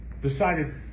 decided